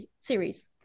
series